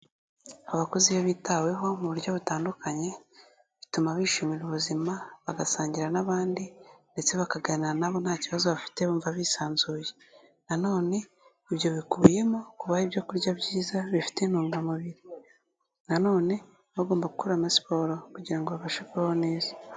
Abakozi iyo bitaweho mu buryo butandukanye, bituma bishimira ubuzima, bagasangira n'abandi, ndetse bakaganira nabo nta kibazo bafite bumva bisanzuye, na none ibyo bikubiyemo kubaha ibyo kurya byiza bifite intungamubiri, na none bagomba gukora na siporo kugira babashe kubaho neza.